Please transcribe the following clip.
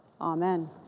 Amen